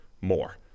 more